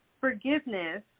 forgiveness